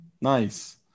Nice